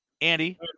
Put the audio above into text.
Andy